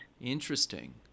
interesting